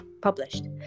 published